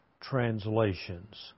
translations